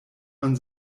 man